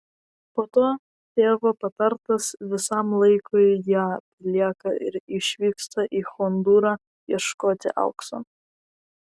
po to tėvo patartas visam laikui ją palieka ir išvyksta į hondūrą ieškoti aukso